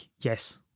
Yes